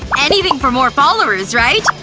anything for more followers, right?